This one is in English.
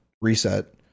reset